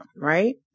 right